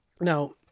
Now